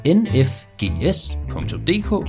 nfgs.dk